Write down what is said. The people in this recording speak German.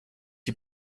die